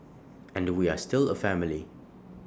and we are still A family